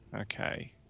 Okay